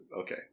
Okay